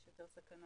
יש יותר סכנה